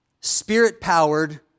Spirit-Powered